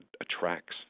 attracts